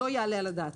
לא יעלה על הדעת.